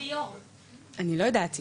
אני לא יודעת.